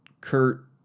Kurt